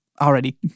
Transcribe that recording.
already